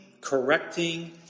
correcting